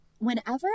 Whenever